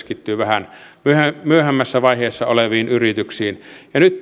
keskittyy vähän vähän myöhemmässä vaiheessa oleviin yrityksiin ja nyt